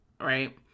right